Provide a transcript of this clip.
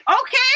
Okay